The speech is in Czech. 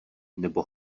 nebo